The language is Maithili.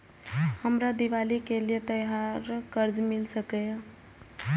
हमरा दिवाली के लिये त्योहार कर्जा मिल सकय?